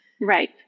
Right